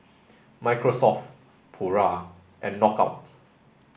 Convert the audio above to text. Microsoft Pura and Knockout